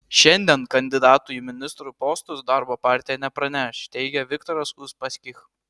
šiandien kandidatų į ministrų postus darbo partija nepraneš teigia viktoras uspaskich